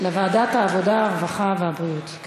לוועדת העבודה, הרווחה והבריאות.